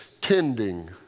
tending